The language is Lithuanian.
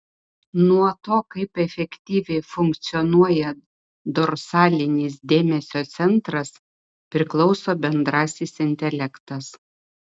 nuo to kaip efektyviai funkcionuoja dorsalinis dėmesio centras priklauso bendrasis intelektas